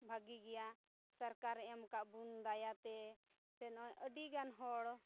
ᱵᱷᱟᱹᱜᱤ ᱜᱮᱭᱟ ᱥᱚᱨᱠᱟᱨᱮ ᱮᱢ ᱠᱟᱜ ᱵᱚᱱ ᱫᱟᱭᱟ ᱛᱮ ᱥᱮ ᱱᱚᱜᱼᱚᱭ ᱟᱹᱰᱤᱜᱟᱱ ᱦᱚᱲ